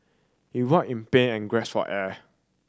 he writhed in pain and gasped for air